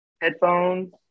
headphones